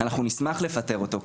אנחנו נשמח לפטר אותו,